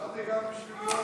נתקבלו.